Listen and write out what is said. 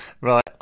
right